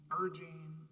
urging